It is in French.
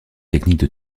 techniques